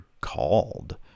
called